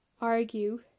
argue